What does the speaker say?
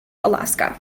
alaska